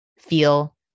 feel